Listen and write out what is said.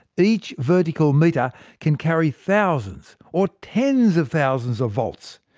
each vertical metre can carry thousands or tens of thousands of volts.